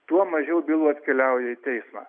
tuo mažiau bylų atkeliauja į teismą